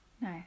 no